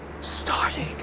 starting